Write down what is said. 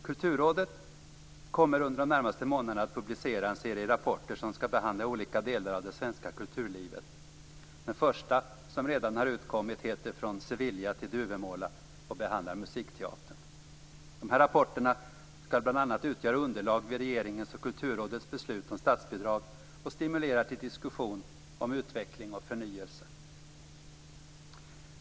Kulturrådet kommer under de närmaste månaderna att publicera en serie rapporter som skall behandla olika delar av det svenska kulturlivet. Den första, som redan har utkommit, heter Från Sevilla till Duvemåla och behandlar musikteatern. De här rapporterna skall bl.a. utgöra underlag vid regeringens och Kulturrådets beslut om statsbidrag och stimulera till diskussion om utveckling och förnyelse.